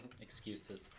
Excuses